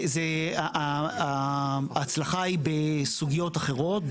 ההצלחה היא בסוגיות אחרות,